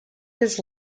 his